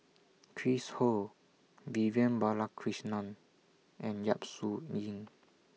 Chris Ho Vivian Balakrishnan and Yap Su Yin